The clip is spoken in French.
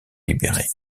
libéré